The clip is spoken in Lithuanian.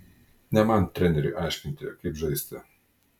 ne man treneriui aiškinti kaip žaisti